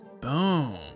Boom